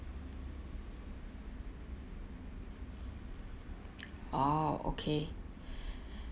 oh okay